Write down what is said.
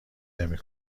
نمی